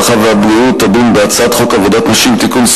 הרווחה והבריאות תדון בהצעת חוק עבודת נשים (תיקון,